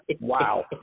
Wow